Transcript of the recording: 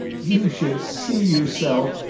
you should see yourself!